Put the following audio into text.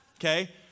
okay